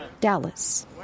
Dallas